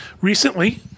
Recently